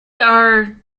are